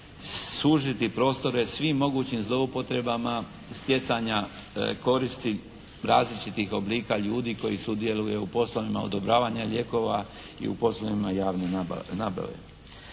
sužiti prostore svim mogućim zloupotrebama stjecanja koristi različitih oblika ljudi koji sudjeluju u poslovima odobravanja lijekova i u poslovima javne nabave.